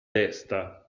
desta